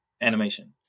animation